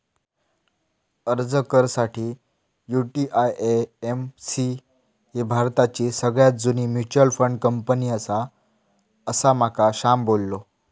अर्ज कर साठी, यु.टी.आय.ए.एम.सी ही भारताची सगळ्यात जुनी मच्युअल फंड कंपनी आसा, असा माका श्याम बोललो